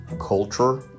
culture